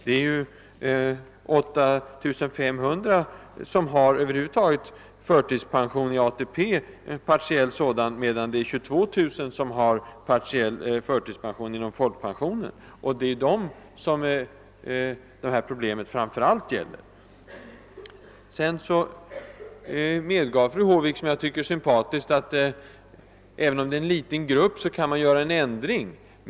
Det är 8500 som över huvud taget har partiell förtidspension inom ATP, medan 22 000 har partiell förtidspension inom folkpensioneringen. Det är framför allt de senare som problemet gäller. Fru Håvik medgav — som jag tycker sympatiskt — att även om det är en liten grupp kan man göra en ändring.